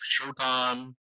Showtime